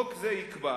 חוק זה יקבע